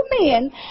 men